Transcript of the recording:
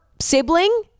sibling